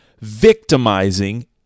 victimizing